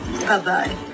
Bye-bye